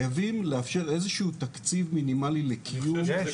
חייבים לאפשר איזשהו תקציב מינימלי לקיום --- יש.